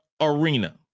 arena